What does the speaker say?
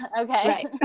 okay